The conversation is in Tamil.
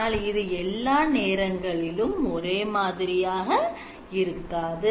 ஆனால் இது எல்லா நேரங்களிலும் ஒரே மாதிரியாக இருக்காது